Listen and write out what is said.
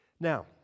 Now